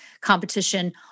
competition